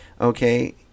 okay